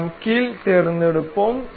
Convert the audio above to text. நாம் கீல் தேர்ந்தெடுப்போம்